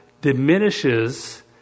diminishes